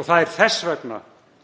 Og það er þess vegna